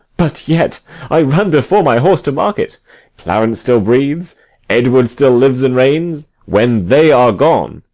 but yet i run before my horse to market clarence still breathes edward still lives and reigns when they are gone,